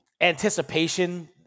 Anticipation